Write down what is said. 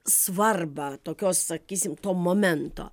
svarbą tokios sakysim to momento